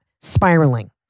spiraling